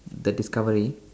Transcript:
the discovery